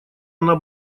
она